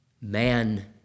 Man